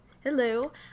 Hello